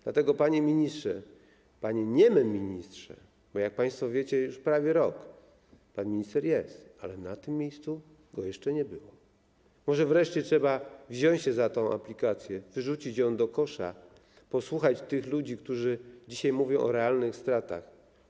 Dlatego, panie ministrze, panie niemy ministrze - bo, jak państwo wiecie, już prawie rok pan minister jest, ale tu, w tym miejscu go jeszcze nie było - może wreszcie trzeba wziąć się za tę aplikację, wyrzucić ją do kosza, posłuchać tych ludzi, którzy dzisiaj mówią o realnych stratach.